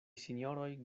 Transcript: sinjoroj